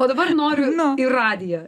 o dabar noriu į radiją